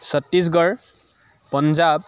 Chhattisgarh Punjab